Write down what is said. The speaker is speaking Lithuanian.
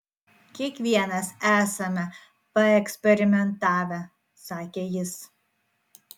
kiekvienas esame paeksperimentavę sakė jis